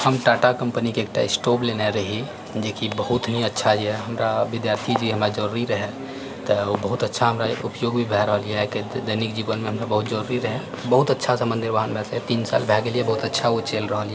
हम टाटा कम्पनीके एकटा स्टोव लेने रही जेकि बहुत ही अच्छा यऽ हमरा विद्यार्थी जे हमरा जरुरी रहए तऽ ओ बहुत अच्छा हमरा उपयोग भी भए रहलैए आइके दैनिक जीवनमे हमरा बहुत जरुरी रहए बहुत अच्छासँ हमरा निर्वाहन भेल रहए तीन साल भए गेलैए बहुत अच्छा ओ चलि रहलैए